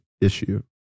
issue